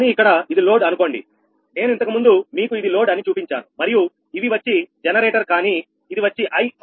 కానీ ఇక్కడ ఇది లోడ్ అనుకోండినేను ఇంతకుముందు మీకు ఇది లోడ్ అని చూపించాను మరియు ఇవి వచ్చి జనరేటర్ కానీ ఇది వచ్చి i అవునా